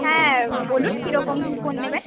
হ্যাঁ বলুন কি রকম কি ফোন নেবেন